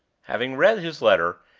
having read his letter,